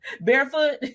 Barefoot